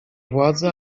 władzy